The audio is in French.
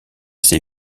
ses